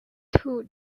two